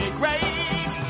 great